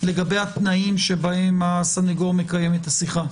לגבי התנאים שבהם הסנגור מקיים את השיחה.